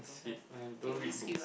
let's skip I don't read books